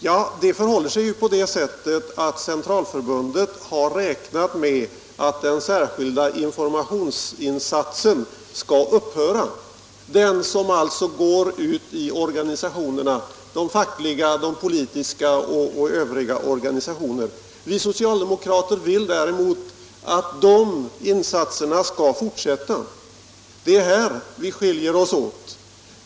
Ja, det förhåller sig på det sättet att Centralförbundet har räknat med att den särskilda informationsinsatsen skall upphöra, den som alltså går ut till organisationer — fackliga, politiska och övriga organisationer. Vi socialdemokrater vill däremot att de insatserna skall fortsätta. Det är här vi skiljer oss åt.